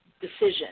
decision